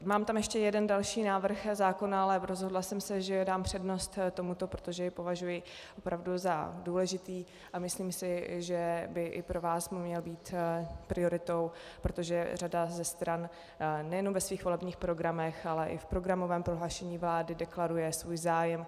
Mám tam ještě jeden další návrh zákona, ale rozhodla jsem se, že dám přednost tomuto, protože jej považuji opravdu za důležitý a myslím si, že by i pro vás měl být prioritou, protože řada ze stran nejenom ve svých volebních programech, ale i v programovém prohlášení vlády deklaruje svůj zájem.